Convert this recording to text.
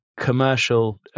commercial